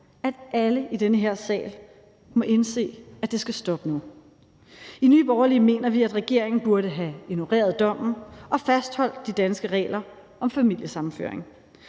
at alle i den her sal må indse, at det skal stoppe nu. I Nye Borgerlige mener vi, at regeringen burde have ignoreret dommen og fastholdt de danske regler om familiesammenføring.